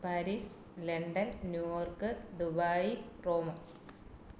Paris London New York Dubai Rome